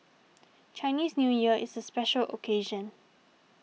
Chinese New Year is a special occasion